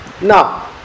Now